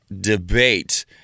debate